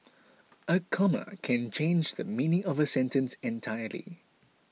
a comma can change the meaning of a sentence entirely